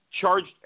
charged